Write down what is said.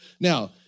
Now